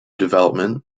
development